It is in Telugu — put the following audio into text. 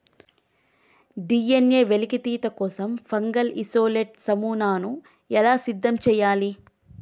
డి.ఎన్.ఎ వెలికితీత కోసం ఫంగల్ ఇసోలేట్ నమూనాను ఎలా సిద్ధం చెయ్యాలి?